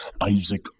Isaac